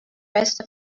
rest